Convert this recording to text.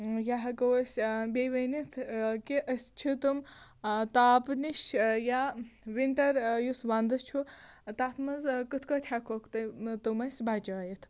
یا ہٮ۪کَو أسۍ بیٚیہِ ؤنِتھ کہِ أسۍ چھِ تِم تاپھٕ نِش یا وِنٛٹَر یُس وَنٛدٕ چھُ تَتھ منٛز کِتھٕ پٲٹھۍ ہٮ۪کٕوکھ تِم أسۍ بچٲوِتھ